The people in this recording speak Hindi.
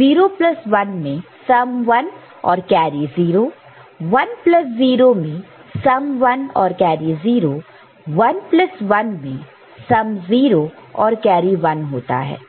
01 में सम 1 और कैरी 0 10 में सम 1 और कैरी 0 11 में सम 0 और कैरी 1 होता है